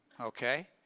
okay